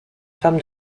femme